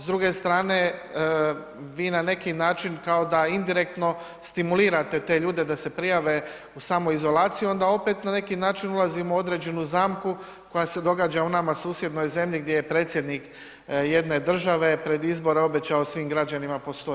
S druge strane vi na neki način kao da indirektno stimulirate te ljude da se prijave u samoizolaciju onda opet na neki način ulazimo u određenu zamku koja se događa u nama susjednoj zemlji gdje je predsjednik jedne države pred izbore obećao svim građanima po 100 EUR-a.